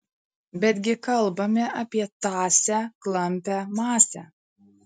bet gi kalbame apie tąsią klampią masę